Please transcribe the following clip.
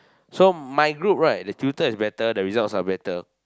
so my group right the tutor is better the results are better